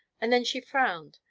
and then she frowned,